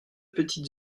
petites